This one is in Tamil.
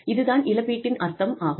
இது தான் இழப்பீட்டின் அர்த்தம் ஆகும்